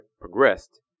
progressed